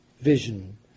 vision